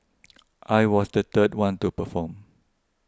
I was the third one to perform